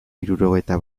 hirurogeita